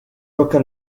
roca